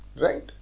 right